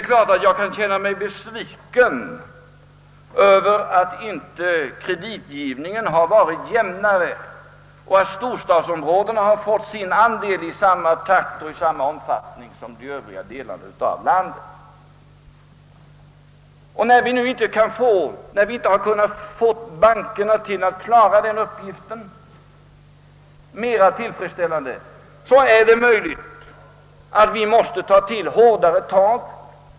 Naturligtvis kan jag känna mig besviken över att kreditgivningen inte varit jämnare och att storstadsområdena inte har fått sin andel i samma takt och omfattning som de övriga delarna av landet. Men då bankerna inte har kunnat klara uppgiften mera tillfredsställande är det möjligt, att vi måste använda hårdare tag.